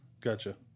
Gotcha